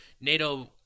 NATO